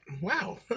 Wow